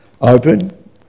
open